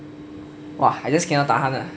!wah! I just cannot tahan lah